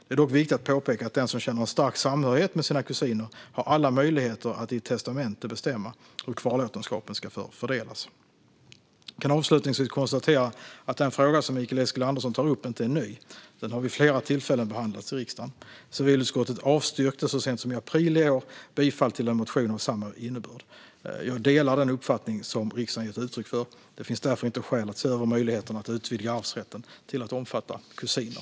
Det är dock viktigt att påpeka att den som känner en stark samhörighet med sina kusiner har alla möjligheter att i ett testamente bestämma hur kvarlåtenskapen ska fördelas. Jag kan avslutningsvis konstatera att den fråga som Mikael Eskilandersson tar upp inte är ny. Den har vid flera tillfällen behandlats i riksdagen. Civilutskottet avstyrkte så sent som i april i år bifall till en motion med samma innebörd. Jag delar den uppfattning som riksdagen gett uttryck för. Det finns därför inte skäl att se över möjligheterna att utvidga arvsrätten till att omfatta kusiner.